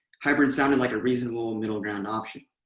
hybrid sounded like a reasonable middle ground option.